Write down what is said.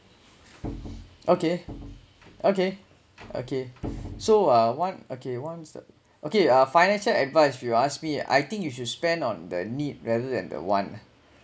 okay okay okay so uh want okay want is that okay uh financial advice if you ask me I think you should spend on the need rather than the want ah